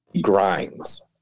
grinds